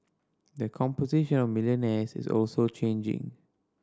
the composition of millionaires is also changing